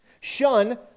Shun